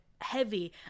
heavy